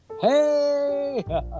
hey